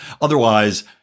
Otherwise